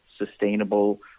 sustainable